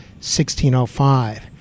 1605